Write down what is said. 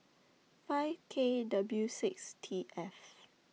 five K W six T F